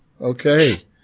okay